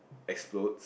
explodes